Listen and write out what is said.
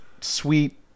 sweet